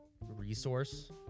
resource